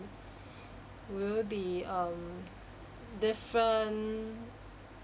will it be um different